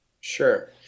Sure